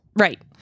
right